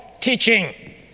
teaching